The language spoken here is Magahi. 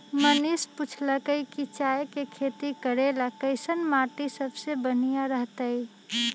मनीष पूछलकई कि चाय के खेती करे ला कईसन माटी सबसे बनिहा रहतई